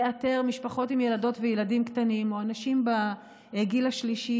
לאתר משפחות עם ילדות וילדים קטנים או אנשים בגיל השלישי,